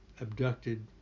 abducted